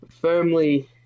firmly